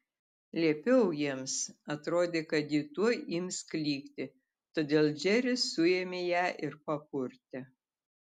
liepiau jiems atrodė kad ji tuoj ims klykti todėl džeris suėmė ją ir papurtė